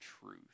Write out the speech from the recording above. truth